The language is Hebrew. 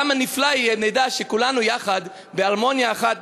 כמה נפלא יהיה אם נדע שכולנו יחד בהרמוניה אחת,